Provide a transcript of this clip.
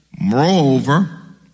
Moreover